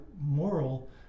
moral